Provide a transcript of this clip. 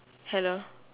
hello